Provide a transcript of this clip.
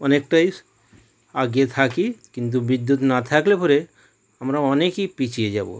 অনেকটাই এগিয়ে থাকি কিন্তু বিদ্যুৎ না থাকলে পরে আমরা অনেকই পিছিয়ে যাবো